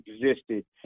existed